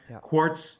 Quartz